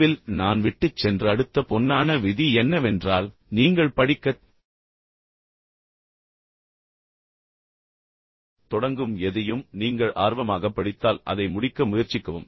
முடிவில் நான் விட்டுச் சென்ற அடுத்த பொன்னான விதி என்னவென்றால் நீங்கள் படிக்கத் தொடங்கும் எதையும் நீங்கள் ஆர்வமாகப் படித்தால் அதை முடிக்க முயற்சிக்கவும்